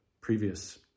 previous